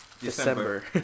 December